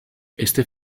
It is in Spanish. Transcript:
este